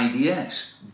IDS